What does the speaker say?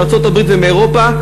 מארצות-הברית ומאירופה,